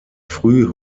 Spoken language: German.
früh